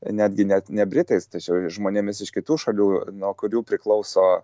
netgi net ne britais tačiau žmonėmis iš kitų šalių nuo kurių priklauso